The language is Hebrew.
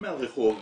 מהרחוב.